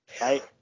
right